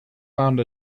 found